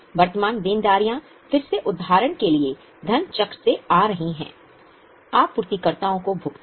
वर्तमान देनदारियां फिर से उदाहरण के लिए धन चक्र से आ रही हैं आपूर्तिकर्ताओं को भुगतान